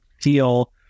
feel